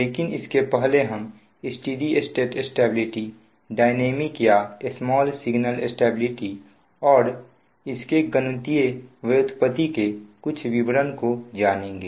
लेकिन इसके पहले हम स्टेडी स्टेट स्टेबिलिटी डायनामिक या स्मॉल सिगनल स्टेबिलिटी और इसके गणितीय व्युत्पत्ति के कुछ विवरण को जानेंगे